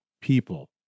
people